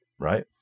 right